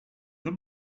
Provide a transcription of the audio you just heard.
the